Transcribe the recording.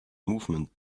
movement